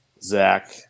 Zach